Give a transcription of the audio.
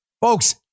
Folks